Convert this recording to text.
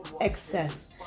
excess